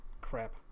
crap